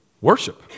worship